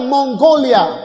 Mongolia